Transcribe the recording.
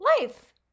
life